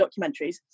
documentaries